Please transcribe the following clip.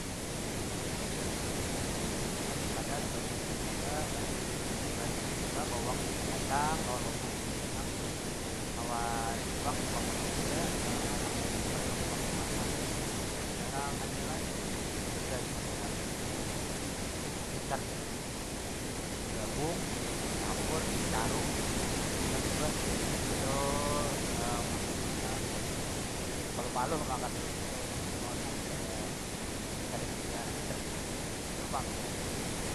Dibari'i ada nang bari gula ada nang kada nang bari uyah ada yang kada mbah tu dibari apa bawang di cancang- cancang lawan lombok di cancang- cancang sudah tu lawan iwak- iwak apa haja apalagi misal iwak- iwak sungai nang jarang- jarang ada lah itu sudah nyaman banar tu di kombinasikan jar urang wahini tuh di gabung di campur di caru itu sudah beh itu makan siang tu sudah sampai bepaluh- paluh makan tuh bistu mengaut nasi kada- kada sekira itu pang nang ulun tahu.